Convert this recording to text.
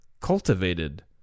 cultivated